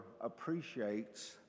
appreciates